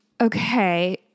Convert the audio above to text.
Okay